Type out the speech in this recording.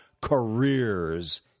careers